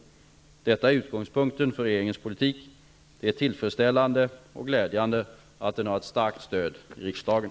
Detta är utgångspunkten för regeringens politik. Det är tillfredsställande och glädjande att den har ett starkt stöd i riksdagen.